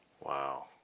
Wow